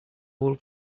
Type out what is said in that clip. will